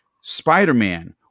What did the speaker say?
Spider-Man